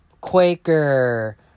Quaker